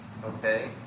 okay